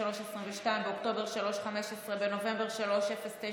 3.22, באוקטובר, 3.15, בנובמבר, 3.09